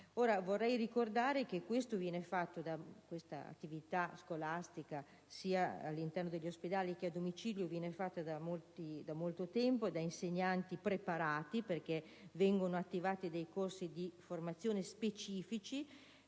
Vorrei ricordare che quest'attività scolastica, sia all'interno degli ospedali che a domicilio, viene fatta da molto tempo da insegnanti preparati perché vengono attivati dei corsi di formazione specifici